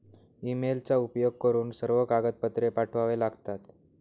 ईमेलचा उपयोग करून सर्व कागदपत्रे पाठवावे लागतात